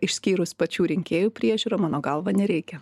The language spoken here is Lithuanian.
išskyrus pačių rinkėjų priežiūrą mano galva nereikia